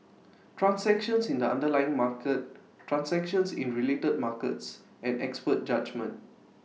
transactions in the underlying market transactions in related markets and expert judgement